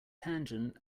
tangent